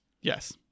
Yes